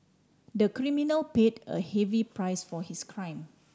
the criminal paid a heavy price for his crime